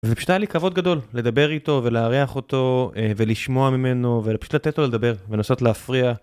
זה פשוט היה לי כבוד גדול לדבר איתו ולארח אותו ולשמוע ממנו ופשוט לתת לו לדבר ולנסות להפריע.